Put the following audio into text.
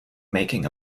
making